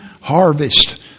harvest